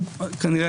כנראה,